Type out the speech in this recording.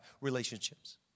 Relationships